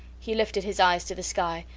he lifted his eyes to the sky,